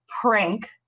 prank